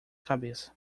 cabeça